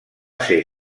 ser